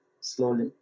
slowly